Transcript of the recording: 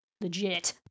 Legit